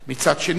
מצד שני,